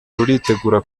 ruritegura